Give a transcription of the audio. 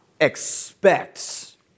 expects